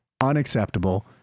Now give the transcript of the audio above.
unacceptable